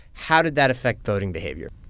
how did that affect voting behavior?